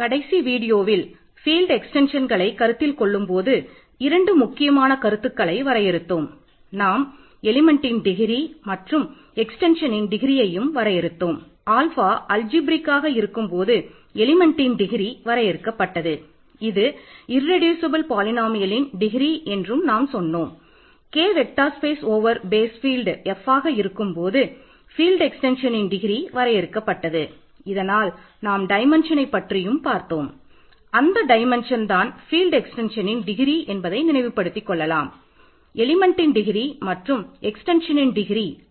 கடைசி வீடியோவில்